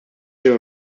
ġew